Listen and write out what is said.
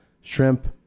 shrimp